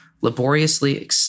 laboriously